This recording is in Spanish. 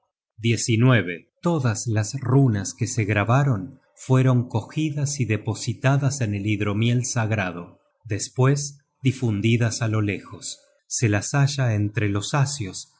lobo todas las runas que se grabaron fueron cogidas y depositadas en el hidromiel sagrado despues difundidas á lo lejos se las halla entre los asios